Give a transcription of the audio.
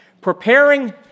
Preparing